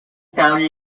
founded